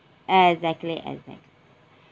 exactly exactly